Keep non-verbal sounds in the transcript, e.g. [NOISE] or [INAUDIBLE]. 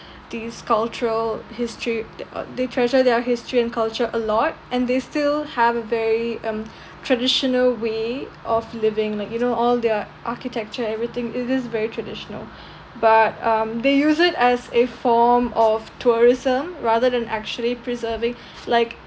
these cultural history [NOISE] they treasure their history and culture a lot and they still have a very um [BREATH] traditional way of living like you know all their architecture everything it is very traditional [BREATH] but um they use it as a form of tourism rather than actually preserving [BREATH] like